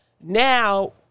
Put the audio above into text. Now